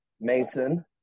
Mason